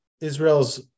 Israel's